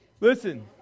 Listen